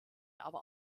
aber